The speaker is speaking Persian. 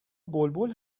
بلبل